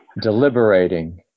deliberating